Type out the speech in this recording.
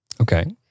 Okay